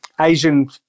Asian